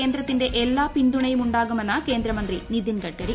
കേന്ദ്രത്തിന്റെ എല്ലാ പിന്തുണയും ഉണ്ടാകുമെന്ന് കേന്ദ്രമന്ത്രി നിതിൻഗഡ്കരി